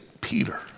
Peter